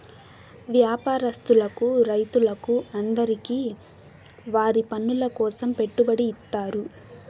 వ్యాపారస్తులకు రైతులకు అందరికీ వారి పనుల కోసం పెట్టుబడి ఇత్తారు